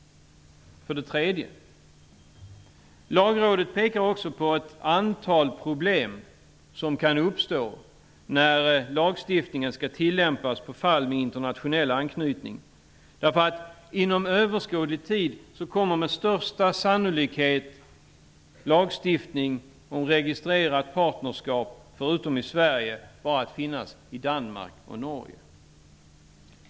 För det tredje pekar Lagrådet också på ett antal problem som kan uppstå när lagstiftningen skall tillämpas på fall med internationell anknytning. Förutom i Sverige kommer inom överskådlig tid med största sannolikhet lagstiftning om registrerat partnerskap att finnas bara i Danmark och Norge.